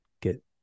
get